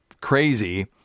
crazy